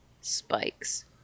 spikes